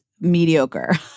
mediocre